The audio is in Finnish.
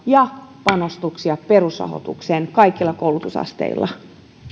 ja panostuksia perusrahoitukseen kaikilla koulutusasteilla